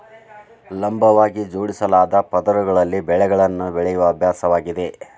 ಲಂಬವಾಗಿ ಜೋಡಿಸಲಾದ ಪದರಗಳಲ್ಲಿ ಬೆಳೆಗಳನ್ನು ಬೆಳೆಯುವ ಅಭ್ಯಾಸವಾಗಿದೆ